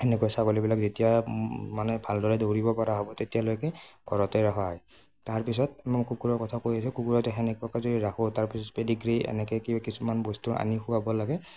সেনেকৈ ছাগলীবিলাক যেতিয়া মানে ভালদৰে দৌৰিব পৰা হ'ব তেতিয়ালৈকে ঘৰতে ৰখা হয় তাৰ পিছত মই কুকুৰৰ কথা কৈ আহিছোঁ কুকুৰ এটা সেনেকুৱাকৈ যদি ৰাখোঁ তাৰপিছত পেডিগ্ৰী এনেকৈ কিবা কিছুমান বস্তু আনি খুৱাব লাগে